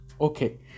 Okay